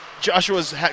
Joshua's